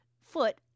foot